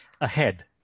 Ahead